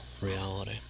reality